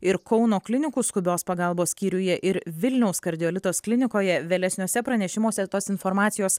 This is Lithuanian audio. ir kauno klinikų skubios pagalbos skyriuje ir vilniaus kardiolitos klinikoje vėlesniuose pranešimuose tos informacijos